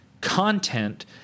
content